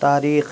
تاریخ